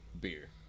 beer